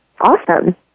Awesome